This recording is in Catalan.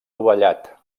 dovellat